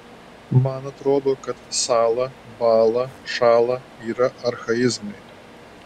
man atrodo kad sąla bąla šąla yra archaizmai